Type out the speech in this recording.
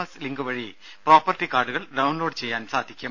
S link വഴി property കാർഡുകൾ download ചെയ്യാൻ സാധിക്കും